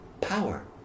power